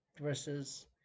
versus